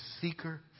seeker